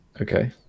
Okay